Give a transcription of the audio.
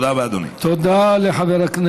תודה רבה, אדוני.